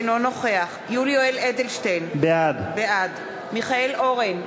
אינו נוכח יולי יואל אדלשטיין, בעד מיכאל אורן,